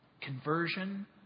conversion